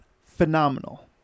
phenomenal